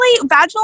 vaginal